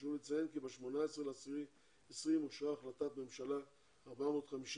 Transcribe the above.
חשוב לציין כי ב-18 באוקטובר 2020 אושרה החלטת ממשלה 450,